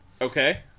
Okay